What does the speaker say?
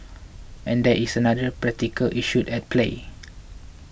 and there is another practical issue at play